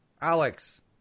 Alex